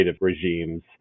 regimes